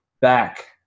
back